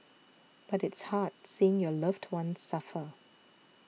but it's hard seeing your loved one suffer